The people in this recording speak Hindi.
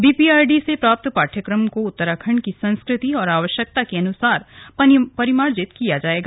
बीपीआरडी से प्राप्त पाठ्यक्रम को उत्तराखंड की संस्कृति और आवश्यकता के अनुसार परिमार्जित किया जाएगा